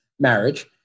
Marriage